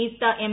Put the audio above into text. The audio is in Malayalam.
നിയുക്ത എം